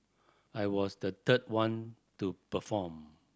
I was the third one to perform